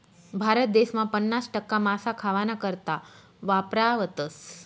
भारत देसमा पन्नास टक्का मासा खावाना करता वापरावतस